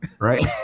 Right